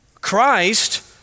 Christ